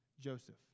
Joseph